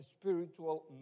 spiritual